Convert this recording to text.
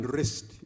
rest